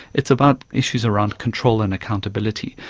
it's about issues around control and accountability.